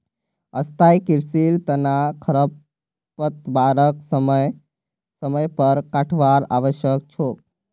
स्थाई कृषिर तना खरपतवारक समय समय पर काटवार आवश्यक छोक